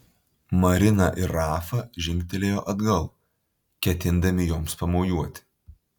marina ir rafa žingtelėjo atgal ketindami joms pamojuoti